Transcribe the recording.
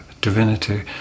divinity